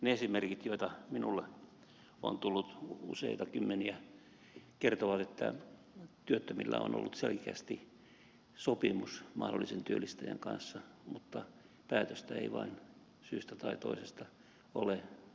ne esimerkit joita minulle on tullut useita kymmeniä kertovat että työttömillä on ollut selkeästi sopimus mahdollisen työllistäjän kanssa mutta päätöstä ei vain syystä tai toisesta ole syntynyt